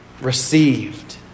received